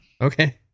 Okay